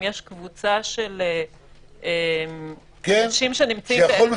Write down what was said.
אם יש קבוצה של אנשים שנמצאים- - שיכול לומר